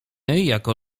jako